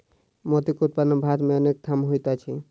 मोतीक उत्पादन भारत मे अनेक ठाम होइत अछि